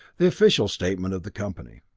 the official statement of the company.